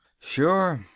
sure.